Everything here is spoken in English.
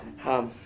hum.